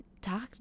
talk